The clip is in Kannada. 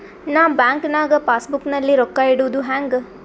ನಾ ಬ್ಯಾಂಕ್ ನಾಗ ಪಾಸ್ ಬುಕ್ ನಲ್ಲಿ ರೊಕ್ಕ ಇಡುದು ಹ್ಯಾಂಗ್?